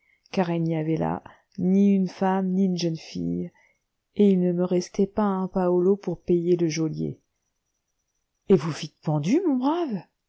il n'y avait là ni une femme ni une jeune fille et il ne me restait pas un paolo pour payer le geôlier et vous fûtes pendu mon brave